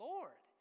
Lord